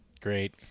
great